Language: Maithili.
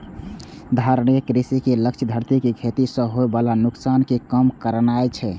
धारणीय कृषि के लक्ष्य धरती कें खेती सं होय बला नुकसान कें कम करनाय छै